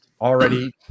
already